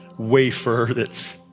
Wafer—that's